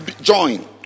join